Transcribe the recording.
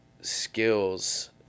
skills